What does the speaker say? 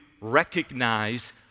recognize